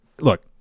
look